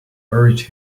urged